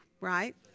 right